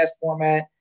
format